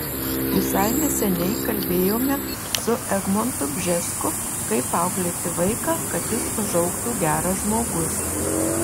visai neseniai kalbėjome su egmontu bžesku kaip auklėti vaiką kad jis užaugtų geras žmogus